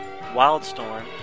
Wildstorm